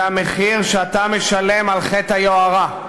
זה המחיר שאתה משלם על חטא היוהרה.